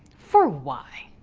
for why?